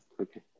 Okay